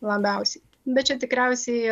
labiausiai bet čia tikriausiai